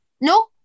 No